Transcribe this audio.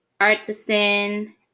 artisan